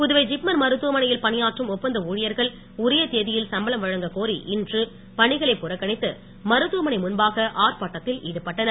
Puduvai JIPMER மருத்துவமனையில் பணியாற்றும் ஒப்பந்த ஊழியர்கள் உரிய தேதியில் சம்பளம் வழங்க கோரி இன்று பணிகளை புறக்கணித்து மருத்துவமனை முன்பாக ஆர்ப்பாட்டத்தில் ஈடுபட்டனர்